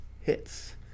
hits